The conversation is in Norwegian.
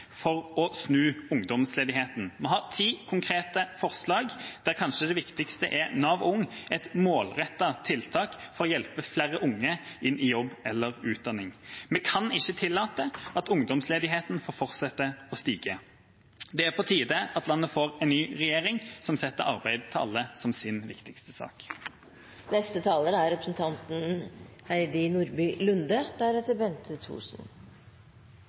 for å snu ungdomsledigheten. Vi har ti konkrete forslag, der kanskje det viktigste er Nav Ung, et målrettet tiltak for å hjelpe flere unge inn i jobb eller utdanning. Vi kan ikke tillate at ungdomsledigheten får fortsette å stige. Det er på tide at landet får en ny regjering som setter arbeid til alle som sin viktigste sak. Tidligere i dag sa representanten